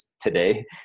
today